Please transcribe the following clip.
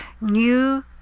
new